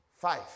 Five